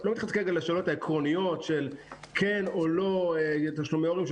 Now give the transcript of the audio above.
לא נכנָס כרגע לשאלות עקרוניות של כן או לא יהיו תשלומי הורים,